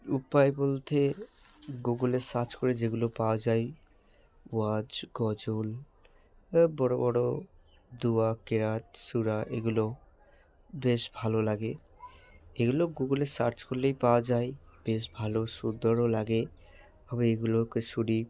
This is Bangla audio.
উপায় বলতে গুগুলে সার্চ করে যেগুলো পাওয়া যায় ওয়াজ গজল বা বড়ো বড়ো দুয়া কেয়াত সুরা এগুলোও বেশ ভালো লাগে এগুলো গুগুলে সার্চ করলেই পাওয়া যায় বেশ ভালো সুন্দরও লাগে আমি এগুলোকে শুনি